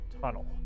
tunnel